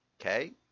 Okay